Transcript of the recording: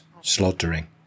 slaughtering